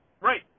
Right